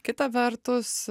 kita vertus